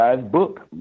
book